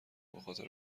بخاطر